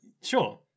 Sure